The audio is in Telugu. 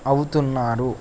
అవుతున్నారు